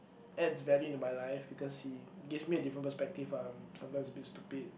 adds value into my life because he gives me a different perspective ah I'm sometimes a bit stupid